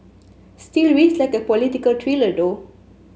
still reads like a political thriller though